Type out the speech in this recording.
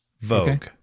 Vogue